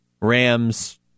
Rams